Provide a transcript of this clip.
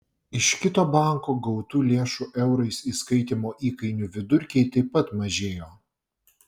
iš kito banko gautų lėšų eurais įskaitymo įkainių vidurkiai taip pat mažėjo